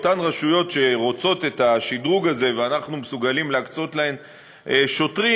באותן רשויות שרוצות את השדרוג הזה ואנחנו מסוגלים להקצות להן שוטרים,